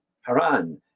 Haran